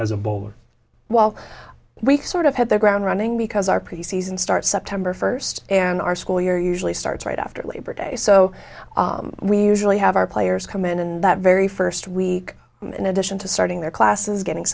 while week sort of had the ground running because our preseason starts september first and our school year usually starts right after labor day so we usually have our players come in in that very first week in addition to starting their classes getting